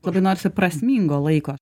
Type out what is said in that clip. kokio nors prasmingo laiko